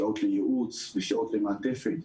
שעות לייעוץ ושעות מעטפת.